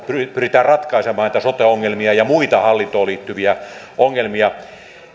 pyritään ratkaisemaan näitä sote ongelmia ja muita hallintoon liittyviä ongelmia